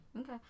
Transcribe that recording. Okay